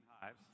hives